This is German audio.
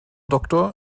doktor